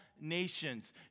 nations